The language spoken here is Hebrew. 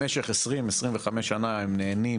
במשך 20, 25 שנה הם נהנים